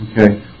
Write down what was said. Okay